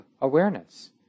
awareness